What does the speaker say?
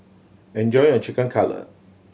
enjoy your Chicken Cutlet